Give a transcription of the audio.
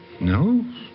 No